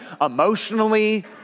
emotionally